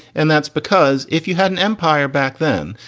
and that's because if you had an empire back then,